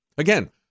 Again